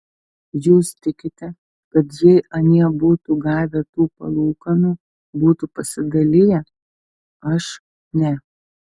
jūs tikite kad jei anie būtų gavę tų palūkanų būtų pasidaliję aš ne